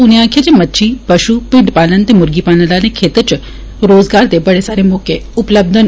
उनें आक्खेआ जे मच्छी पशु भिड्ड पालन ते मुर्गी पालन आह्ले खेत्तर च रोज़गार दे बड़े सारे मौके उपलबध न